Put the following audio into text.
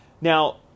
Now